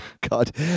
God